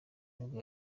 nibwo